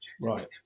right